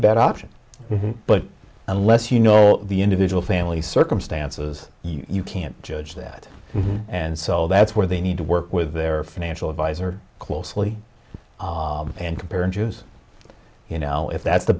a better option but unless you know all the individual family circumstances you can't judge that and so that's where they need to work with their financial advisor closely and compare and use you know if that's the